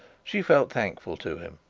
she felt thankful to him,